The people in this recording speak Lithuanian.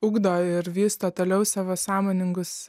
ugdo ir vysto toliau savo sąmoningus